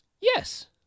yes